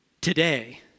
today